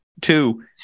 Two